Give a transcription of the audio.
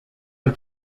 del